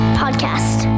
podcast